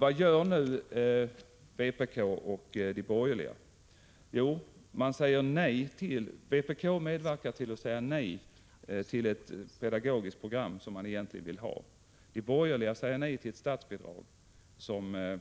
Vad gör nu vpk och de borgerliga? Jo, vpk medverkar till att säga nej till ett pedagogiskt program som man egentligen vill ha. De borgerliga säger nej till ett statsbidrag som